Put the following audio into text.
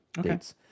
dates